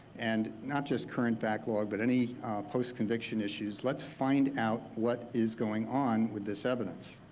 and not just current backlog but any post conviction issues. let's find out what is going on with this evidence.